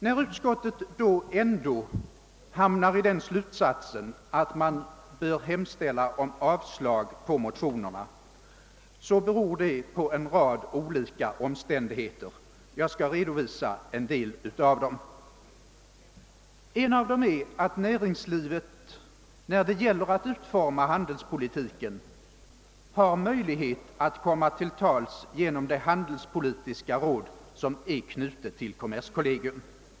Att utskottet ändå har dragit den slutsatsen, att det bör hemställa om avslag på motionerna, beror på en rad olika omständigheter. Jag skall redovisa en del av dem. Ett skäl är att näringslivet när det gäller att utforma handelspolitiken har möjlighet att komma till tals genom det handelspolitiska råd, som är knutet till kommerskollegium.